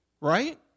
Right